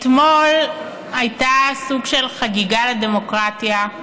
אתמול היה סוג של חגיגה לדמוקרטיה.